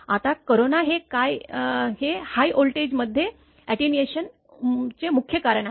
आता कोरोना हे हाय व्होल्टेजमध्ये अटेन्युएशनचे मुख्य कारण आहे